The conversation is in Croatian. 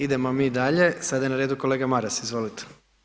Idemo mi dalje, sada je na redu kolega Maras, izvolite.